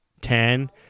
ten